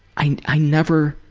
i i never,